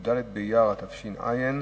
י"ד באייר התש"ע,